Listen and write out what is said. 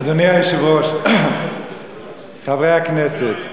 אדוני היושב-ראש, חברי הכנסת,